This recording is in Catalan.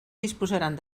disposaran